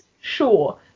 sure